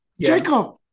Jacob